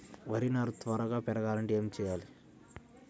వరి నారు త్వరగా పెరగాలంటే ఏమి చెయ్యాలి?